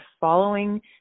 following